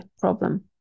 problem